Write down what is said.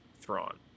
Thrawn